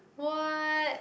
what